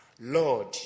Lord